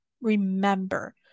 remember